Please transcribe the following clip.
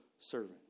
servant